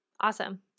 Awesome